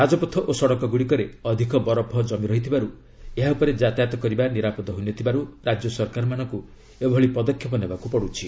ରାଜପଥ ଓ ସଡ଼କଗୁଡ଼ିକରେ ଅଧିକ ବରଫ ଜମି ରହିଥିବାରୁ ଏହା ଉପରେ ଯାତାୟାତ କରିବା ନିରାପଦ ହୋଇନଥିବାରୁ ରାଜ୍ୟସରକାରମାନଙ୍କୁ ଏଭଳି ପଦକ୍ଷେପ ନେବାକୁ ପଡୁଛି